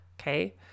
okay